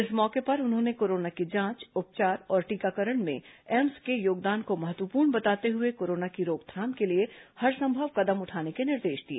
इस मौके पर उन्होंने कोरोना की जांच उपचार और टीकाकरण में एम्स के योगदान को महत्वपूर्ण बताते हए कोरोना की रोकथाम के लिए हरसंभव कदम उठाने के निर्देश दिए